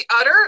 utter